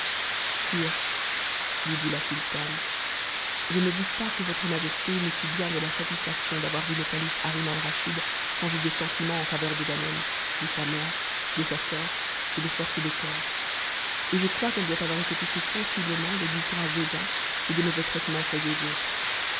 lui dit la sultane je ne doute pas que votre majesté n'ait eu bien de satisfaction d'avoir vu le calife haroun alraschid changer de sentiment en faveur de ganem de sa mère de sa sœur et de force des cœurs et je crois qu'elle doit avoir été touchée sensiblement des disgrâces des uns et des mauvais traitements faits aux autres